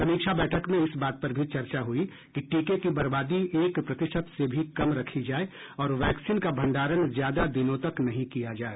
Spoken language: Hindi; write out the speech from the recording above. समीक्षा बैठक में इस बात पर भी चर्चा हुई कि टीके की बर्बादी एक प्रतिशत से भी कम रखी जाए और वैक्सीन का भंडारण ज्यादा दिनों तक नहीं किया जाए